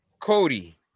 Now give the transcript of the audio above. Cody